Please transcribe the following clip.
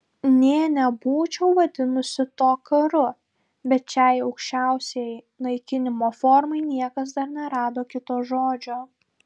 nė nebūčiau vadinusi to karu bet šiai aukščiausiai naikinimo formai niekas dar nerado kito žodžio